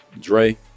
Dre